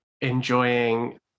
enjoying